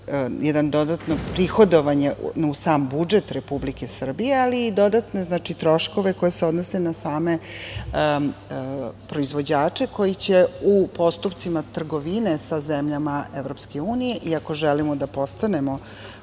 jedno dodatno prihodovanje u sam budžet Republike Srbije, ali i dodatno troškove koje se odnose na same proizvođače, koji će u postupcima trgovine sa zemljama EU i ako želimo da postanemo